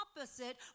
opposite